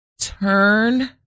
Turn